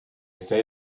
say